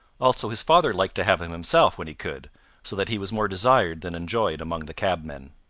also his father liked to have him himself when he could so that he was more desired than enjoyed among the cabmen.